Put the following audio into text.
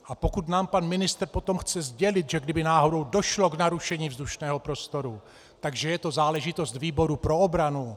A pokud nám pan ministr potom chce sdělit, že kdyby náhodou došlo k narušení vzdušného prostoru, tak že je to záležitost výboru pro obranu...